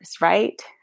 right